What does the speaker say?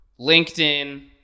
LinkedIn